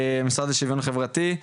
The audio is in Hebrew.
שמעון הוא נציג המשרד לשוויון חברתי.